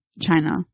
China